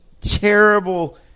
terrible